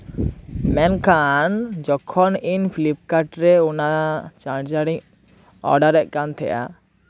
ᱢᱮᱱᱠᱷᱟᱱ ᱡᱚᱠᱷᱚᱱ ᱤᱧ ᱯᱷᱤᱞᱤᱯᱠᱟᱨᱴ ᱨᱮ ᱚᱱᱟ ᱪᱟᱨᱡᱟᱨ ᱤᱧ ᱚᱰᱟᱨᱮᱜ ᱠᱟᱱ ᱛᱟᱦᱮᱸᱫᱼᱟ